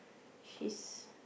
his